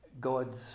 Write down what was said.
God's